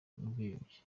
n’ubwiyunge